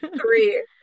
Three